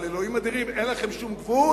אבל, אלוהים אדירים, אין לכם שום גבול?